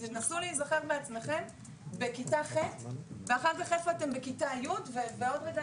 נסו להיזכר בעצמכם בכיתה ח' ואחר כך איפה אתם